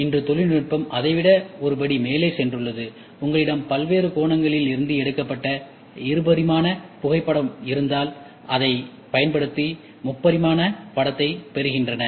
இன்று தொழில்நுட்பம் அதை விட ஒரு படி மேலே சென்றுள்ளது உங்களிடம் பல்வேறு கோணங்களில் இருந்து எடுக்கப்பட்ட இருபரிமாண புகைப்படம் இருந்தால் அதை பயன்படுத்தி முப்பரிமாண படத்தைப் பெறுகின்றன